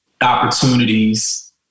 opportunities